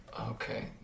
Okay